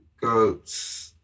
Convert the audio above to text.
Goats